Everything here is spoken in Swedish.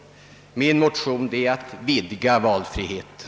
Min motion syftar till att vidga valfriheten.